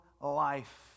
life